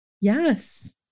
Yes